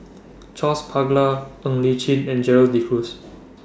Charles Paglar Ng Li Chin and Gerald De Cruz